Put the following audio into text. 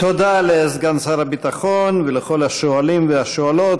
תודה לסגן שר הביטחון ולכל השואלים והשואלות.